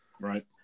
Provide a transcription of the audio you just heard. Right